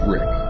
Rick